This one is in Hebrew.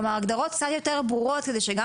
כלומר הגדרות קצת יותר ברורות כדי שגם